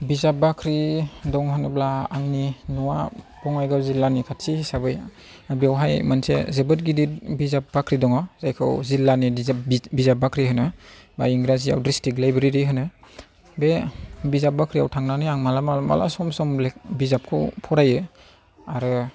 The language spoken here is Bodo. बिजाब बाख्रि दं होनोब्ला आंनि न'आ बङाइगाव जिल्लानि खाथि हिसाबै बेवहाय मोनसे जोबोद गिदिर बिजाब बाख्रि दङ जायखौ जिल्लानि बिजाब बाख्रि होनो एबा इंराजिआव डिसट्रिक्ट लाइब्रेरि होनो बे बिजाब बाख्रिआव थांनानै आं माब्लाबा माब्लाबा सम सम बिजाबखौ फरायो आरो